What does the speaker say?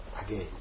again